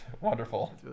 Wonderful